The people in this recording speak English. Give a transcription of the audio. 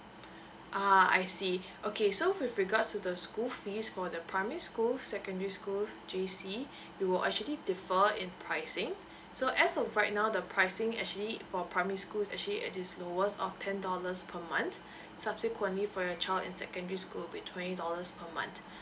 ah I see okay so with regards to the school fees for the primary school secondary school J_C it will actually differ in pricing so as of right now the pricing actually for primary school is actually at this lowest of ten dollars per month subsequently for your child in secondary school will be twenty dollars per month